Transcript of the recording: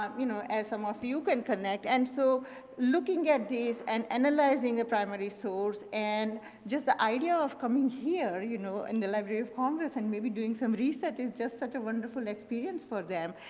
um you know, as some you can connect and so looking at this and analyzing the primary source and just the idea of coming here you know and the library of congress and maybe doing some research is just such a wonderful experience for them.